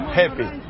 happy